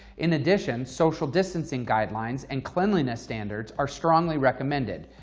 in addition, social distancing guidelines and cleanliness standards are strongly recommended,